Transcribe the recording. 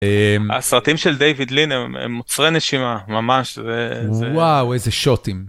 הסרטים של דיוויד לין הם עוצרי נשימה, ממש. וואו, איזה שוטים.